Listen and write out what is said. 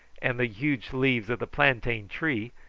and the huge leaves of the plantain tree,